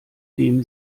dem